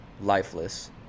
lifeless